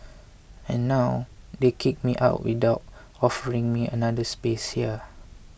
and now they kick me out without offering me another space here